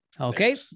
Okay